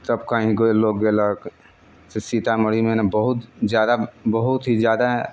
तब कहीँ गइल लोक गैलक सीतामढ़ीमे हइ ने बहुत जादा बहुत ही जादा